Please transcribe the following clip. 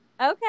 okay